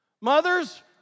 Mothers